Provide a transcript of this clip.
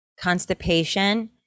constipation